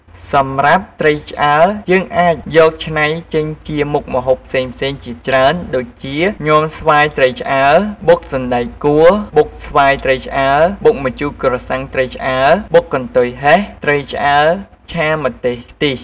សម្រាប់ត្រីឆ្អើរយើងអាចយកច្នៃចេញជាមុខម្ហូបផ្សេងៗជាច្រើន ដូចជាញាំស្វាយត្រីឆ្អើរ បុកសណ្ដែកគួរ បុកស្វាយត្រីឆ្អើរ បុកម្ជូរក្រសាំងត្រីឆ្អើរ បុកកន្ទុយហេះ ត្រីឆ្អើរឆាម្ទេសខ្ទិះ...។